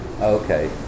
Okay